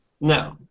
No